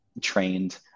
trained